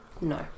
No